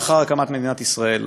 לאחר הקמת מדינת ישראל.